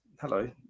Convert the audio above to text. hello